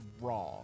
raw